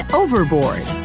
overboard